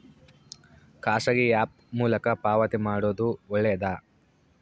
ಖಾಸಗಿ ಆ್ಯಪ್ ಮೂಲಕ ಪಾವತಿ ಮಾಡೋದು ಒಳ್ಳೆದಾ?